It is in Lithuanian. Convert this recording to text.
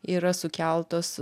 yra sukeltos